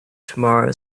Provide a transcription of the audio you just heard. tomorrow